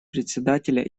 председателя